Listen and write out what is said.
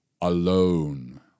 alone